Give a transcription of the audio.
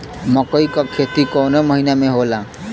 मकई क खेती कवने महीना में होला?